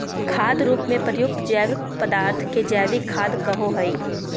खाद रूप में प्रयुक्त जैव पदार्थ के जैविक खाद कहो हइ